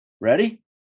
Ready